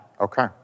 Okay